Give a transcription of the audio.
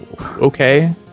okay